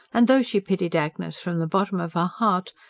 and though she pitied agnes from the bottom of her heart,